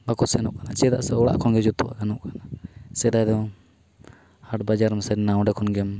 ᱵᱟᱠᱚ ᱥᱮᱱᱚᱜ ᱠᱟᱱᱟ ᱪᱮᱫᱟᱜ ᱥᱮ ᱚᱲᱟᱜ ᱠᱷᱚᱱᱜᱮ ᱡᱚᱛᱚᱣᱟᱜ ᱜᱟᱱᱚᱜ ᱠᱟᱱᱟ ᱥᱮᱫᱟᱭ ᱫᱚ ᱦᱟᱴᱵᱟᱡᱟᱨᱮᱢ ᱥᱮᱱ ᱮᱱᱟ ᱚᱸᱰᱮ ᱠᱷᱚᱱᱜᱮᱢ